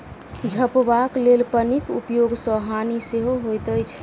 झपबाक लेल पन्नीक उपयोग सॅ हानि सेहो होइत अछि